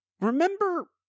Remember